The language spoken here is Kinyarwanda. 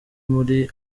muri